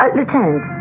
Lieutenant